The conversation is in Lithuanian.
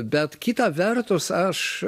bet kita vertus aš